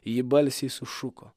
ji balsiai sušuko